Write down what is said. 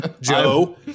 Joe